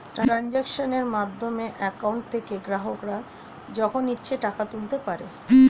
ট্রানজাক্শনের মাধ্যমে অ্যাকাউন্ট থেকে গ্রাহকরা যখন ইচ্ছে টাকা তুলতে পারে